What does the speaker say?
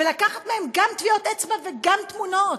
ולקחת מהם גם טביעות אצבע וגם תמונות?